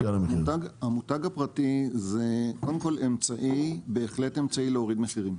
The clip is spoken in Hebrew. המותק הפרטי זה קודם כל בהחלט אמצעי להוריד מחירים.